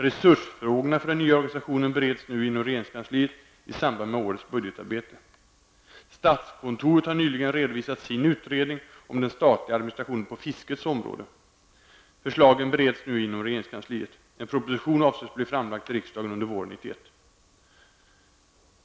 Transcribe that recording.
Resursfrågorna för den nya organisationen bereds nu inom regeringskansliet i samband med årets budgetarbete. Statskontoret har nyligen redovisat sin utredning om den statliga administrationen på fiskets område. Förslagen bereds nu inom regeringskansliet. En proposition avses bli framlagd till riksdagen under våren 1991.